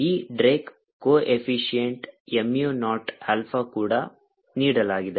ಈ drag coefficient mu naught alpha ಕೂಡ ನೀಡಲಾಗಿದೆ